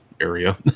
area